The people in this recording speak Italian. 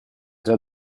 già